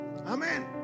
Amen